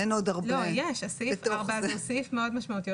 זה סעיף מאוד משמעותי.